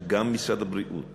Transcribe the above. גם משרד הבריאות